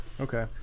okay